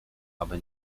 aby